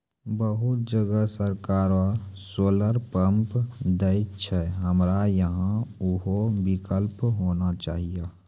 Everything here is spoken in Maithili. बहुत जगह सरकारे सोलर पम्प देय छैय, हमरा यहाँ उहो विकल्प होना चाहिए?